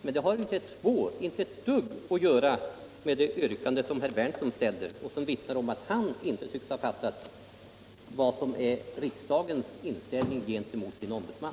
Men det har inte ett dugg att göra med det yrkande som herr Berndtson ställde och som vittnar om att han inte tycks ha fattat vad som är riksdagens inställning gentemot sin ombudsman.